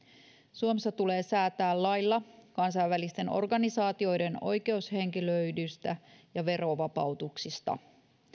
suomessa tulee säätää lailla kansainvälisten organisaatioiden oikeushenkilöydestä ja verovapautuksista